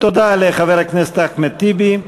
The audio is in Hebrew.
תודה לחבר הכנסת אחמד טיבי.